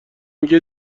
میگه